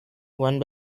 one